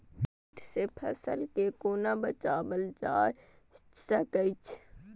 कीट से फसल के कोना बचावल जाय सकैछ?